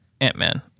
Ant-Man